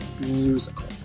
musical